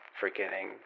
forgetting